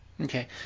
Okay